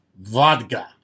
Vodka